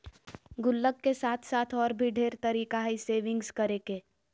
गुल्लक के साथ साथ और भी ढेर तरीका हइ सेविंग्स करे के